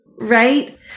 right